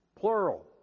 plural